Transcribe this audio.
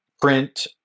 print